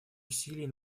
усилий